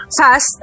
fast